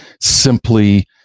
simply